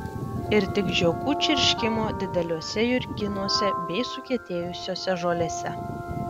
ir tik žiogų čirškimo dideliuose jurginuose bei sukietėjusiose žolėse